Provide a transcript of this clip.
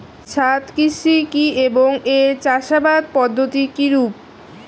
ছাদ কৃষি কী এবং এর চাষাবাদ পদ্ধতি কিরূপ?